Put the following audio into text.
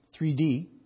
3D